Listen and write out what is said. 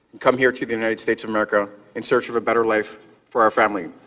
come here to the united states of america in search of a better life for our family.